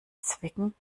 zwicken